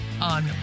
On